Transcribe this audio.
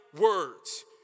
words